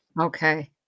Okay